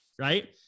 right